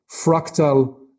fractal